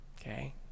Okay